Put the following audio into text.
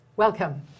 Welcome